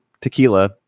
tequila